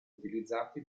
utilizzati